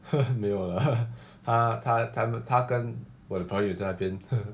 没有 lah 他他们他跟我的朋友在那边